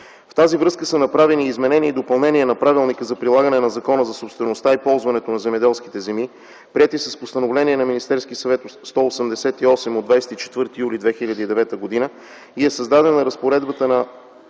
с това са направени изменения и допълнения на Правилника за прилагане на Закона за собствеността и ползването на земеделските земи, приети с Постановление на Министерския съвет № 188 от 24 юли 2009 г. и е създадена разпоредбата на